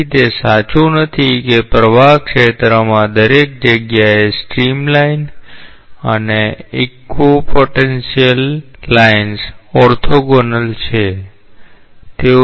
તેથી તે સાચું નથી કે પ્રવાહના ક્ષેત્રમાં દરેક જગ્યાએ સ્ટ્રીમલાઇન્સ અને ઇક્વિપોટેન્શિયલ લાઇન્સ ઓર્થોગોનલ છે